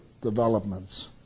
developments